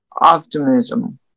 optimism